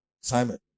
Simon